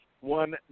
one